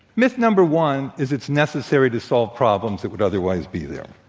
myth number one is it's necessary to solve problems that would otherwise be there.